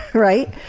right?